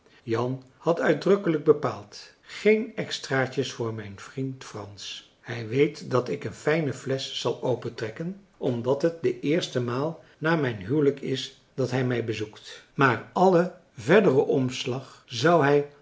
jan had uitdrukkelijk bepaald geen extraatjes voor mijn vriend frans hij weet dat ik een fijne flesch zal opentrekken omdat het de eerste maal na mijn huwelijk is dat hij mij bezoekt maar allen verderen omslag zou hij